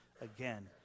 again